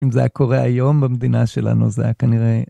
אם זה היה קורה היום במדינה שלנו, זה היה כנראה...